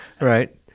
Right